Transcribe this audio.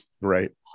Right